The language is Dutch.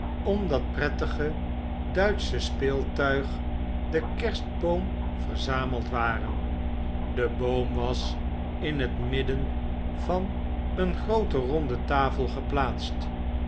dat prettige duitsche speeltuig den kerstboom verzameld waren de boom was in het midden van een groote ronde tafel geplaatst